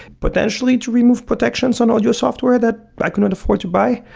potentially to remove protections on audio software that i could not afford to buy.